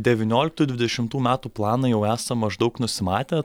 devynioliktų dvidešimtų metų planą jau esam maždaug nusimatę